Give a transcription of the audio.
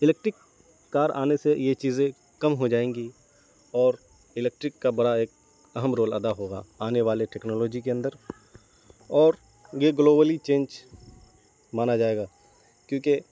electric car آنے سے یہ چیزے کم ہو جائیں گی اور الیکٹرک کا بڑا ایک اہم رول ادا ہوگا آنے والے ٹیکنالوجی کے اندر اور یہ گلوبلی چینج مانا جائے گا کیونکہ